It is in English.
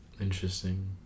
Interesting